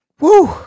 Woo